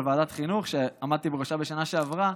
על ועדת החינוך שעמדתי בראשה בשנה שעברה,